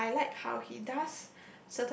and I like how he does